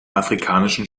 afrikanischen